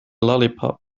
lollipop